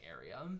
area